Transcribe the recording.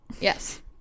Yes